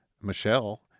Michelle